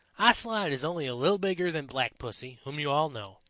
ocelot is only a little bigger than black pussy, whom you all know,